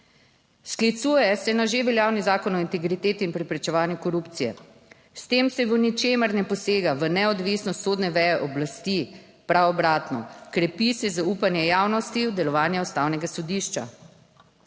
Sklicuje se na že veljavni Zakon o integriteti in preprečevanju korupcije. S tem se v ničemer ne posega v neodvisnost sodne veje oblasti, prav obratno, krepi se zaupanje javnosti v delovanje Ustavnega sodišča.